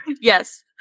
Yes